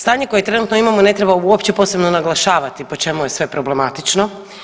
Stanje koje trenutno imamo ne treba uopće posebno naglašavati po čemu je sve problematično.